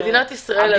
מדינת ישראל.